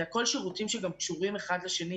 אלה הכול שירותים שגם קשורים אחד לשני.